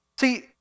See